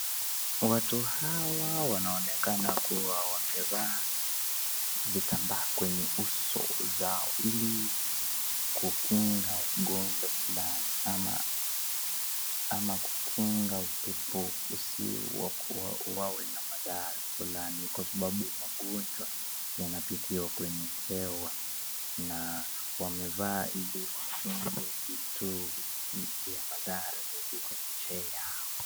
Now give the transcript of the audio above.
Watu hawa wanonekana kuwa wamevaa vitambaa kwenye uso zao , ili kukinga ugonjwa fulani ama kukinga upepo wasiwe na madhara, kwa sababu magonjwa yanapitia kwenye hewa, na wamevaa ili waweze vituo vya maafa katika eneo yao.